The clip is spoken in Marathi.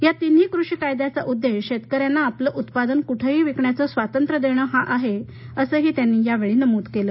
या तिन्ही कृषी कायद्याचा उद्देश शेतकरयना आपले उत्पादन कुठेही विकण्याचे स्वातंत्र्य देण हा आहे असंही त्यांनी या वेळी नमूद केलं